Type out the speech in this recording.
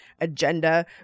agenda